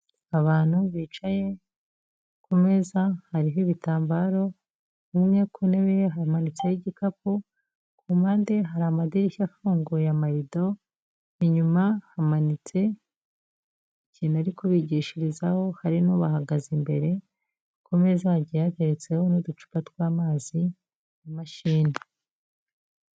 Abantu bicaye ku meza hariho ibitambaro, bimwe ku ntebe hamanitseho igikapu, ku mpande hari amadirishya afunguye amarido, inyuma hamanitse ikintu ari kubigishirizaho hari n'ubahagaze imbere, ku meza hagiye hateretseho n'uducupa tw'amazi na mashine.